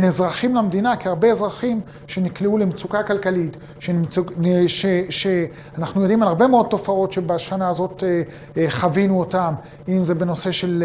מאזרחים למדינה, כי הרבה אזרחים שנקלעו למצוקה כלכלית, שאנחנו יודעים על הרבה מאוד תופעות שבשנה הזאת חווינו אותן, אם זה בנושא של...